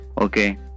okay